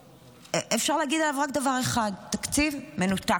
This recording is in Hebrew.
שאפשר להגיד עליו רק דבר אחד: תקציב מנותק.